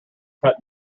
cut